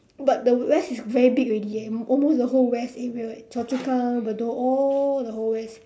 but the west is very big already eh almost the whole west area chua chu kang bedok all the whole west